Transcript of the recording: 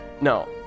No